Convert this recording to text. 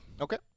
Okay